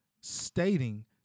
stating